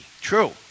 True